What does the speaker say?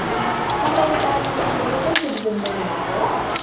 ए तपाईँ दार्जिलिङको local citizen बोल्नु भएको हो